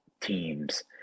teams